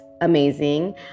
amazing